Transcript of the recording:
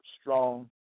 strong